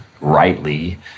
rightly